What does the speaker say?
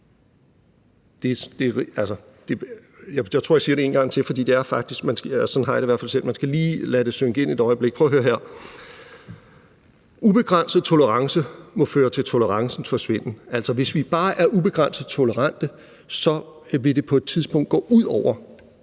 Ubegrænset tolerance må føre til tolerancens forsvinden. Altså, hvis vi bare er ubegrænset tolerante, vil det på et tidspunkt gå ud over